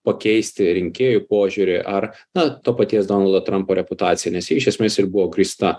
pakeisti rinkėjų požiūrį ar na to paties donaldo trampo reputaciją nes ji iš esmės ir buvo grįsta